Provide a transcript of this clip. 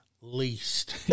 least